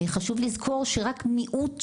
חשוב לזכור שרק מיעוט,